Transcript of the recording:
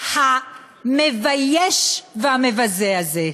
המבייש והמבזה הזה.